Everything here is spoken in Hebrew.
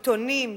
עיתונים,